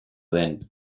den